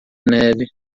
neve